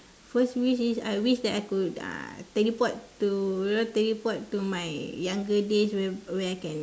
first wish is I wish that I could uh teleport to teleport to my younger days where where I can